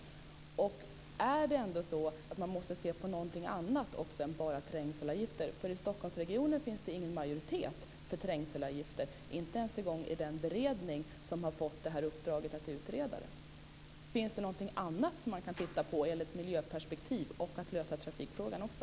Är det så att man måste se på någonting annat också än bara trängselavgifter? I Stockholmsregionen finns det ingen majoritet för trängselavgifter, inte ens i den beredning som fått uppdraget att utreda sådana. Finns det något annat som man kan titta på i ett miljöperspektiv och att lösa trafikfrågan också?